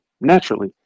naturally